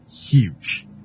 Huge